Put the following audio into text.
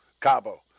Cabo